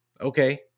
Okay